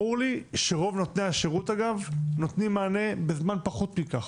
ברור לי שרוב נותני השירות אגב נותנים מענה בזמן פחות מכך.